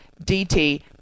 DT